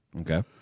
Okay